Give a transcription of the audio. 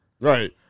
Right